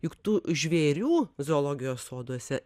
juk tų žvėrių zoologijos soduose